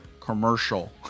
commercial